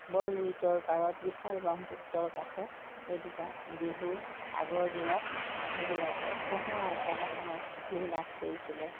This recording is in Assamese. বৰ লুইতৰ পাৰত বিশাল ব্ৰহ্মপুত্ৰৰ কাষত এইটো কা বিহু আগৰ দিনত মানুহবিলাকে কহুৱাৰ কাণে কাণে বিহু নাচ কৰিছিলে